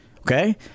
okay